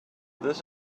this